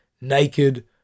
naked